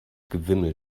gewimmel